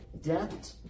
debt